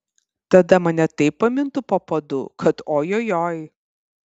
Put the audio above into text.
tada mane taip pamintų po padu kad ojojoi